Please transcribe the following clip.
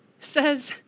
says